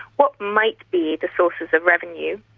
what might be the sources of revenue